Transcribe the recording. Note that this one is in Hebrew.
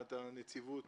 מבחינת הנציבות